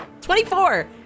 24